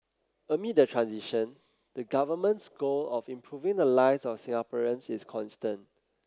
amid the transition the Government's goal of improving the lives of Singaporeans is constant